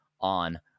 on